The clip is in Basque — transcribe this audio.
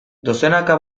dozenaka